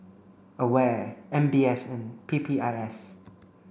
AWARE M B S and P P I S